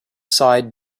side